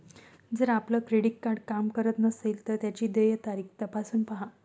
जर आपलं credit card काम करत नसेल तर त्याची देय तारीख तपासून पाहा